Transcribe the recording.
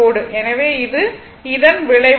எனவே இது இதன் விளைவாகும்